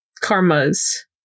Karma's